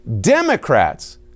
Democrats